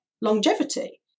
longevity